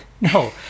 no